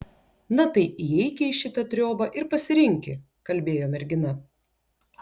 na tai įeiki į šitą triobą ir pasirinki kalbėjo mergina